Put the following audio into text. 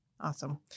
Awesome